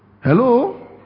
Hello